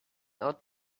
out